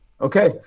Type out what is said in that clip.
Okay